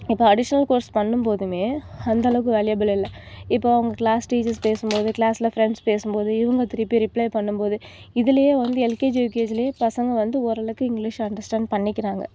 இப்போ additional course பண்ணும்போதுமே அந்த அளவு வேளியபுள் இல்லை இப்போது அவங்க கிளாஸ் டீச்சர்ஸ் பேசும்போது கிளாஸ்ல ஃபிரண்ட்ஸ் பேசும்போது இவங்க திருப்பி ரிப்ளை பண்ணும்போது இதுல வந்து எல்கேஜி யுகேஜிலே பசங்க வந்து ஓரளவுக்கு இங்கிலிஷ் வந்து ஓரளவுக்கு அண்டர்ஸ்டாண்ட் பண்ணிக்கிறாங்க